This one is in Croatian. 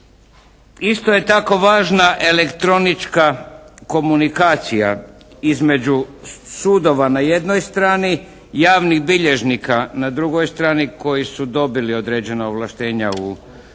Isto je tako važna elektronička komunikacija između sudova na jednoj strani, javnih bilježnika na drugoj strani koji su dobili određena ovlaštenja u